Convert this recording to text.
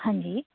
હાંજી